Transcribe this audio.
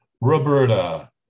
Roberta